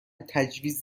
تجویز